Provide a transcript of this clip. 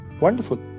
wonderful